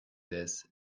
this